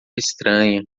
estranha